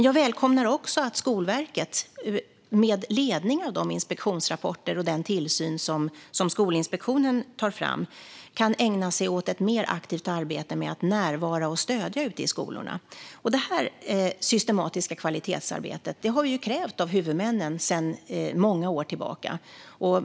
Jag välkomnar också att Skolverket med ledning av de inspektionsrapporter och den tillsyn som Skolinspektionen tar fram kan ägna sig åt ett mer aktivt arbete med att närvara och stödja ute i skolorna. Det här systematiska kvalitetsarbetet har krävts av huvudmännen sedan många år tillbaka.